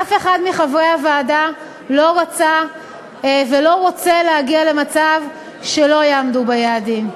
אף אחד מחברי הוועדה לא רצה ולא רוצה להגיע למצב שלא יעמדו ביעדים.